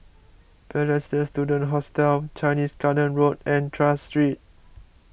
Balestier Student Hostel Chinese Garden Road and Tras Street